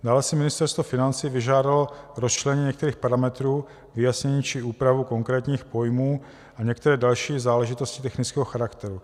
Dále si Ministerstvo financí vyžádalo rozčlenění některých parametrů, vyjasnění či úpravu konkrétních pojmů a některé další záležitosti technického charakteru.